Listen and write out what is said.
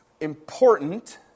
important